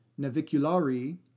naviculari